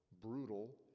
brutal